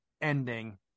ending